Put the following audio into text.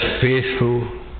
faithful